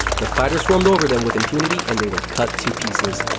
the fighters swarmed over them with impunity and they were cut to pieces.